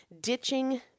ditching